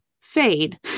fade